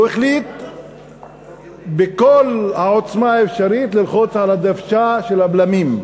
הוא החליט בכל העוצמה האפשרית ללחוץ על הדוושה של הבלמים.